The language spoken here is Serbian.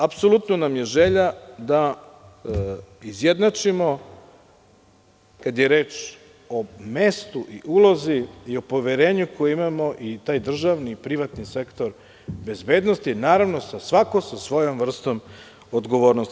Apsolutno nam je želja da izjednačimo, kada je reč o mestu i ulozi i o poverenju koje imamo, taj državni i privatni sektor bezbednosti, naravno svako sa svojom vrstom odgovornosti.